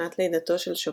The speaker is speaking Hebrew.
שנת לידתו של שופן,